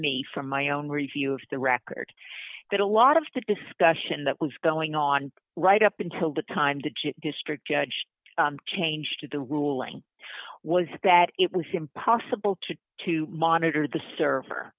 me from my own review of the record that a lot of the discussion that was going on right up until the time the chip district judge changed the ruling was that it was impossible to to monitor the server